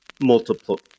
multiple